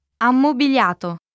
Ammobiliato